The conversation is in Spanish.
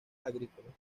agrícolas